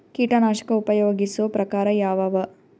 ಕೀಟನಾಶಕ ಉಪಯೋಗಿಸೊ ಪ್ರಕಾರ ಯಾವ ಅವ?